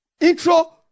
Intro